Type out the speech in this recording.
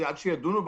עד שידונו,